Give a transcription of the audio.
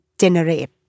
generate